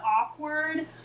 awkward